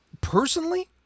Personally